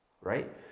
right